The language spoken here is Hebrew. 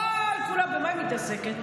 במה היא מתעסקת?